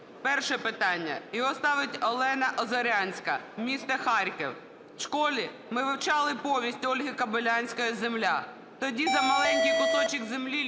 Перше питання, його ставить Олена Озорянська, місто Харків: "В школі ми вивчали повість Ольги Кобилянської "Земля". Тоді за маленький кусочок землі